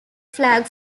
flag